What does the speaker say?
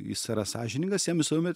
jis yra sąžiningas jam visuomet